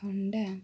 ଥଣ୍ଡା